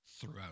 throughout